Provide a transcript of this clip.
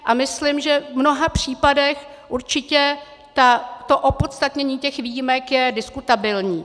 A myslím, že v mnoha případech určitě to opodstatnění těch výjimek je diskutabilní.